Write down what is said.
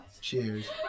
Cheers